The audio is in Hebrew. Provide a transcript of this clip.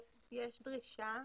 יש דרישה.